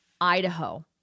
Idaho